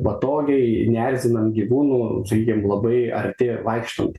patogiai neerzinant gyvūnų sakykim labai arti vaikštant